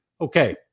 Okay